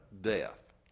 death